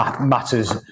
matters